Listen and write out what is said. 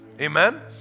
Amen